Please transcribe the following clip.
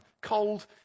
Cold